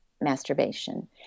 masturbation